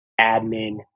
admin